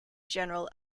general